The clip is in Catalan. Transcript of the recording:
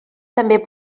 també